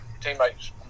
teammates